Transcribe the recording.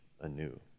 anew